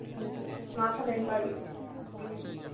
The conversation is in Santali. ᱦᱮᱸ ᱦᱮᱸ ᱢᱟ ᱛᱟᱦᱞᱮ ᱤᱱᱠᱟᱜᱮ ᱦᱮᱸ ᱦᱮᱸ